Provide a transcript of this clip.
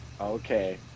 okay